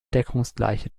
deckungsgleiche